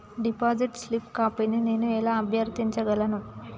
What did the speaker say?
Deposit slip కాపీని నేను ఎలా అభ్యర్థించగలను?